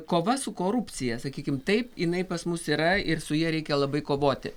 kova su korupcija sakykim taip jinai pas mus yra ir su ja reikia labai kovoti